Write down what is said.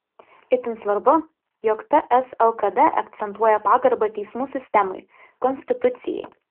itin svarbu jog ts lkd akcentuoja pagarbą teismų sistemai konstitucijai